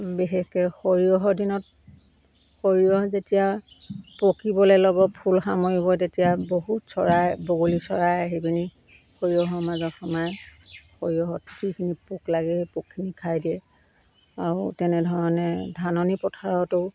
বিশেষকৈ সৰিয়হৰ দিনত সৰিয়হ যেতিয়া পকিবলৈ ল'ব ফুল সামৰিব তেতিয়া বহুত চৰাই বগলী চৰাই আহি পিনি সৰিয়হৰ মাজত সোমাই সৰিয়হত যিখিনি পোক লাগে সেই পোকখিনি খাই দিয়ে আৰু তেনেধৰণে ধাননি পথাৰতো